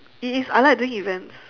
it is I like doing events